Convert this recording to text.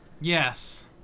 Yes